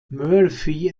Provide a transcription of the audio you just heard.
murphy